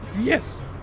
Yes